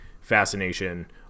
Fascination